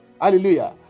Hallelujah